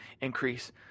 increase